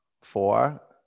Four